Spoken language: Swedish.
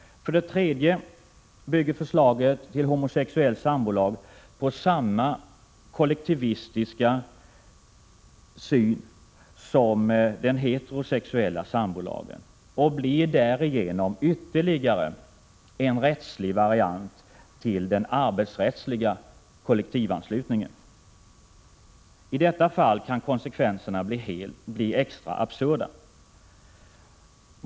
För det tredje bygger förslaget till homosexuell sambolag på samma kollektivistiska syn som den heterosexuella sambolagen och blir därigenom ytterligare en rättslig variant till den arbetsrättsliga kollektivanslutningen. I detta fall kan konsekvenserna bli extra absurda.